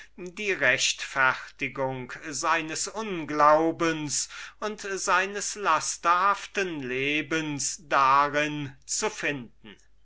die rechtfertigung seines unglaubens und seines lasterhaften lebens darin zu finden